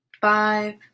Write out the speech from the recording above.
five